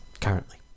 currently